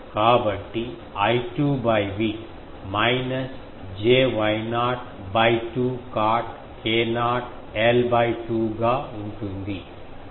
కాబట్టి I2 V minus j Y0 by 2 cot k0 l by 2 గా ఉంటుంది